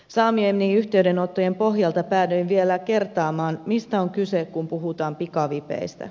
saamieni yhteydenottojen pohjalta päädyin vielä kertaamaan mistä on kyse kun puhutaan pikavipeistä